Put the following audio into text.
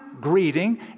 greeting